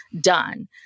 done